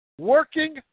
working